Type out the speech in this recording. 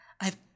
I've